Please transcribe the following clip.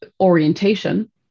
orientation